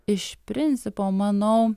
iš principo manau